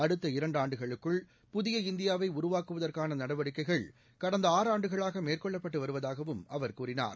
அடுத்த இரண்டு ஆண்டுகளுக்குள் புதிய இந்தியாவை உருவாக்குவதற்கான நடவடிக்கைகள் கடந்த ஆறு ஆண்டுகளாக மேற்கொள்ளப்பட்டு வருவதாகவும் அவர் கூறினார்